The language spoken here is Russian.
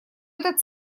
этот